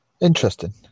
Interesting